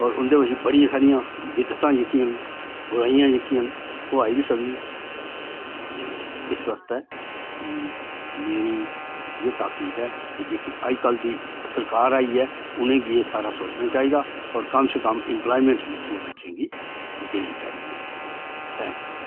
होर उं'दे बिच्च बड़ी सारियां विद्धतां जेह्कियां बुराइयां जेह्कियां न ओह् आई बी सकदियां न ते इस बास्तै मेरी जियां ताकीद ऐ जेह्की अज्जकल दी सरकार आई ऐ उ'नेंगी एह् सारा सोचना चाहिदा होर कम से कम इम्पलाएमेंट जेहकी ऐ बच्चें गी देनी चाहिदी थैंक्स